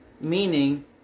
meaning